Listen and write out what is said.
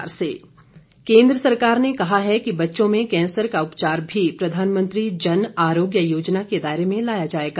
आयुष्मान भारत केंद्र सरकार ने कहा है कि बच्चों में कैंसर का उपचार भी प्रधानमंत्री जन आरोग्य योजना के दायरे में लाया जाएगा